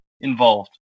involved